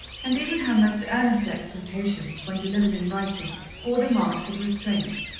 and even her most earnest exhortations, when delivered in writing, bore the marks of restraint.